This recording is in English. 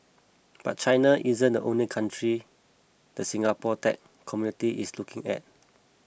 but China isn't the only country the Singapore tech community is looking at